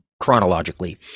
chronologically